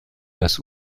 das